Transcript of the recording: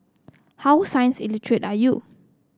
how science are you